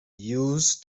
used